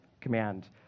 command